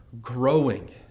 growing